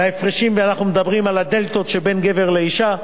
וההפרשים, אנחנו מדברים על הדֶלתות שבין גבר לאשה.